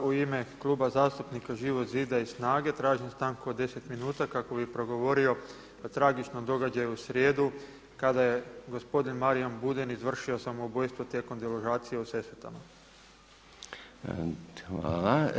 U ime Kluba zastupnika Živog zida i SNAGA-e tražim stanku od 10 minuta kako bih progovorio o tragičnom događaju u srijedu kada je gospodin Marijan Buden izvršio samoubojstvo tijekom deložacije u Sesvetama.